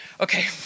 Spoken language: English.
Okay